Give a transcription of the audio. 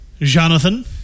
Jonathan